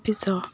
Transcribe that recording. pizza